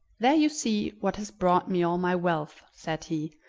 there you see what has brought me all my wealth! said he,